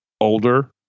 older